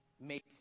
make